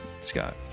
Scott